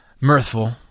mirthful